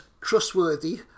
trustworthy